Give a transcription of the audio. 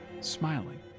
smiling